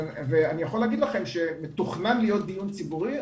אני יכול להגיד לכם שתוכנן להיות דיון ציבורי.